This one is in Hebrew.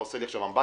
אתה עושה לי אמבטיה,